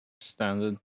Standard